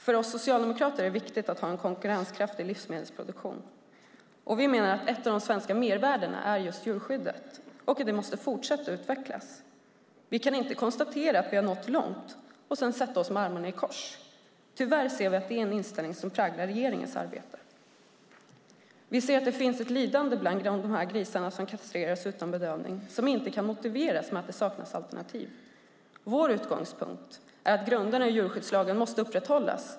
För oss socialdemokrater är det viktigt att ha en konkurrenskraftig livsmedelsproduktion. Vi menar att ett av de svenska mervärdena är just djurskyddet och att det måste fortsätta att utvecklas. Vi kan inte konstatera att vi nått långt och sedan sätta oss med armarna i kors. Tyvärr ser vi att den inställningen präglar regeringens arbete. Vi ser att det finns ett lidande hos de grisar som kastreras utan bedövning vilket inte kan motiveras med att det saknas alternativ. Vår utgångspunkt är att grunderna i djurskyddslagen måste upprätthållas.